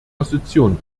position